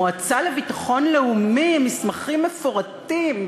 המועצה לביטחון לאומי, מסמכים מפורטים,